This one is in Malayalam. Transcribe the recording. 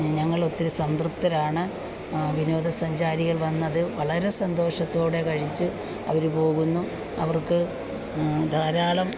ഞങ്ങൾ ഒത്തിരി സംതൃപ്തരാണ് വിനോദസഞ്ചാരികൾ വന്നത് വളരെ സന്തോഷത്തോടെ കഴിച്ച് അവർ പോകുന്നു അവർക്ക് ധാരാളം